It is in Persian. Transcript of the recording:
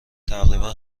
تقریبا